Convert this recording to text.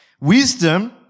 wisdom